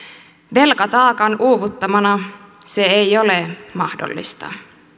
velkataakan uuvuttamana se ei ole mahdollista